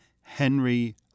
Henry